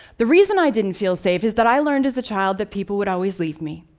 the reason i didn't feel safe is that i learned as a child that people would always leave me,